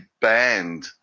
banned